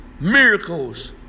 Miracles